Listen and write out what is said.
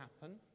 happen